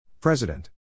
President